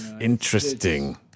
Interesting